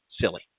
silly